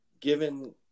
Given